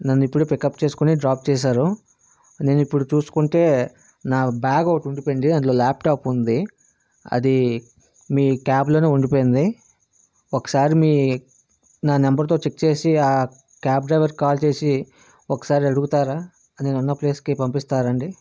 నన్ను ఇప్పుడే పికప్ చేస్కొని డ్రాప్ చేసారు నేను ఇప్పుడు చూసుకుంటే నా బ్యాగ్ ఒకటి ఉండిపోయింది అందులో ల్యాప్టాప్ ఉంది అదీ మీ క్యాబ్లోనే ఉండిపోయింది ఒకసారి మీ నా నంబర్తో చెక్ చేసి ఆ క్యాబ్ డ్రైవర్కి కాల్ చేసి ఒకసారి అడుగుతారా నేనున్నప్లేస్కి పంపిస్తారా అండి